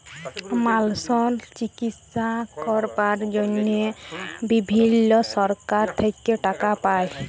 মালসর চিকিশসা ক্যরবার জনহে বিভিল্ল্য সরকার থেক্যে টাকা পায়